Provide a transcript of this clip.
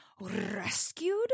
rescued